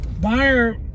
buyer